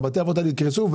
בתי האבות האלה יקרסו,